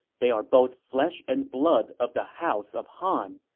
they are both flesh and blood of the house of han.